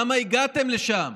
למה הגעתם לשם?